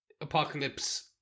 apocalypse